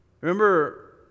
Remember